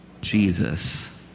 Jesus